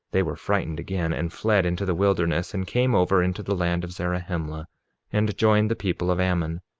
they were frightened again, and fled into the wilderness, and came over into the land of zarahemla and joined the people of ammon.